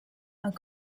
and